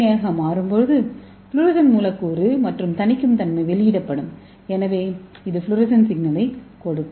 ஏ ஆக மாறும்போது ஃப்ளோரசன்ட் மூலக்கூறு மற்றும் தணிக்கும் தன்மை வெளியிடப்படும் எனவே இது ஃப்ளோரசன் சிக்னலைக் கொடுக்கும்